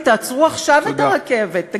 תעצרו עכשיו את הרכבת, תודה.